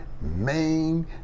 main